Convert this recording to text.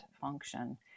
function